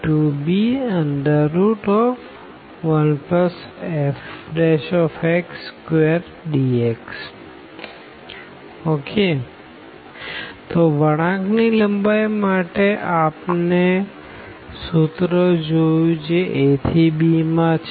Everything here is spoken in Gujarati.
તો વળાંક ની લંબાઈ માટે આપણે સૂત્ર જોયું જે a થી bમાં છે